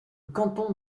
canton